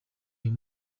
ayo